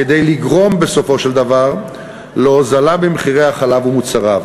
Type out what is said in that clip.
כדי לגרום בסופו של דבר להוזלה במחירי החלב ומוצריו.